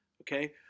Okay